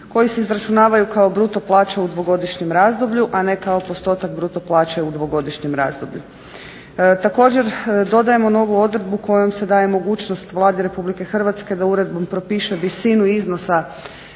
koji se izračunavaju kao bruto plaća u dvogodišnjem razdoblju a ne kao postotak bruto plaće u dvogodišnjem razdoblju. Također dodajemo novu odredbu kojom se daje mogućnost Vladi RH da uredbom propiše visinu iznosa